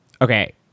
Okay